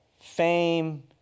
fame